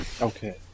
Okay